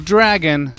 Dragon